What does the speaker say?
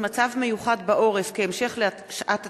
מצב מיוחד בעורף כהמשך לשעת התקפה),